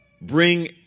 bring